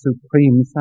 supreme